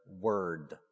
word